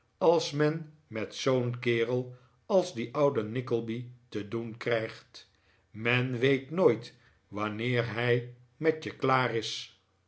als men met zoo'n kerel als dien ouden nickleby te doen krijgt men weet nooit wanneer hij met je klaar is